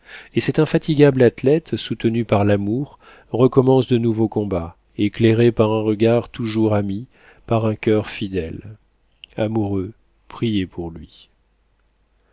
et cet infatigable athlète soutenu par l'amour recommence de nouveaux combats éclairé par un regard toujours ami par un coeur fidèle amoureux priez pour lui